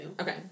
Okay